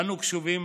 אנו קשובים